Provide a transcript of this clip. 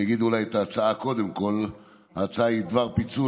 אני אגיד אולי את ההצעה קודם כול: ההצעה היא בדבר פיצול